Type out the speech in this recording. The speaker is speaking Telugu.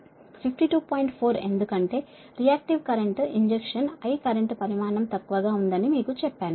4 ఎందుకంటే reactive current injection I current పరిమాణం తక్కువగా ఉందని మీకు చెప్పాను